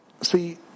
see